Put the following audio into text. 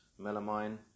melamine